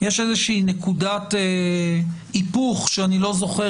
יש איזושהי נקודת היפוך שאני לא זוכר